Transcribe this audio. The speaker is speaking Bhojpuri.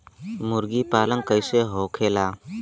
मुर्गी पालन कैसे होखेला?